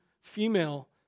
female